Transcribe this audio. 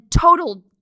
total